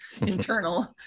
internal